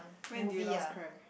when did you last cry